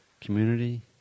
community